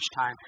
time